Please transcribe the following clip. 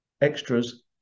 extras